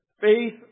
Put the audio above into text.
faith